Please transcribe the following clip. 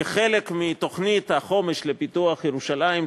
כחלק מתוכנית החומש לפיתוח ירושלים,